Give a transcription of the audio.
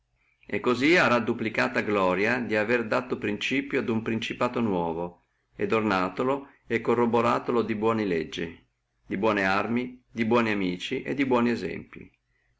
e cosí arà duplicata gloria di avere dato principio a uno principato nuovo e ornatolo e corroboratolo di buone legge di buone arme di buoni amici e di buoni esempli